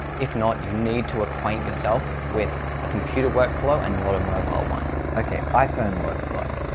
if not you need to acquaint yourself with a computer workflow and not a mobile one. okay iphone workflow